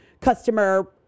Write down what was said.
customer